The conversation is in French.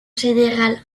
général